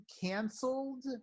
canceled